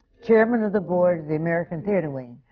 chairman of the board of the american theatre wing.